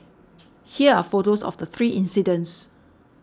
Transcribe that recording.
here are photos of the three incidents